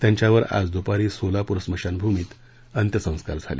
त्यांच्यावर आज दुपारी सोलापूर स्मशानभूमीत अंत्यसंस्कार झाले